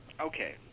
okay